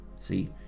See